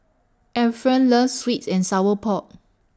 Efren loves Sweets and Sour Pork